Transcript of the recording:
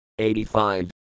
85